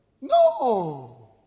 No